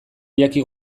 jaki